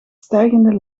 stijgende